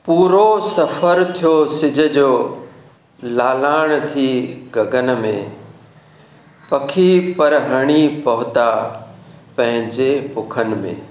पूरो सफ़र थियो सिॼ जो लालाण थी गगन में पखी परहणी पहुता पंहिंजे पुखनि में